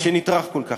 שנטרח כל כך.